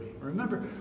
Remember